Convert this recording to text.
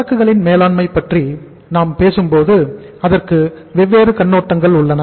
சரக்குகளின் மேலாண்மை பற்றி நாம் பேசும் போது அதற்கு வெவ்வேறு கண்ணோட்டங்கள் உள்ளன